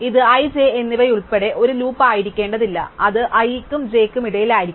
ഇത് i j എന്നിവയുൾപ്പെടെയുള്ള ഒരു ലൂപ്പ് ആയിരിക്കേണ്ടതില്ല അത് i നും j നും ഇടയിലായിരിക്കാം